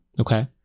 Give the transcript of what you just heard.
okay